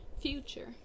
Future